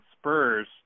Spurs